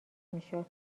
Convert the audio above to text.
میشد